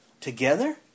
together